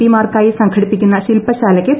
പിമാർക്കായി സംഘടിപ്പിക്കുന്ന ശിൽപശാലയ്ക്ക് ബി